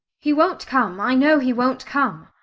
he won't come i know he won't come.